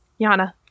Yana